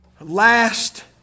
Last